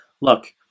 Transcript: Look